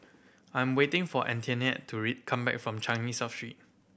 I am waiting for Antoinette to come back from Changi South Street